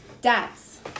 dads